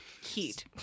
Heat